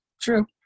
True